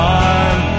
arm